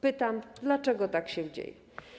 Pytam: Dlaczego tak się dzieje?